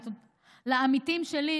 לעמיתים שלי,